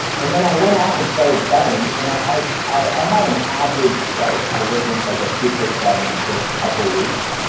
and then i went off and started selling. and i i had an average start. i wasn't like a superstar in my first couple of weeks.